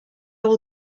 will